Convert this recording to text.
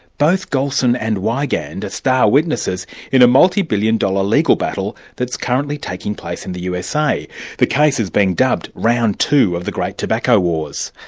both gulson and wigand are star witnesses in a multi billion dollar legal battle that's currently taking place in the usa the case is being dubbed round two of the great tobacco wars.